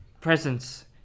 presents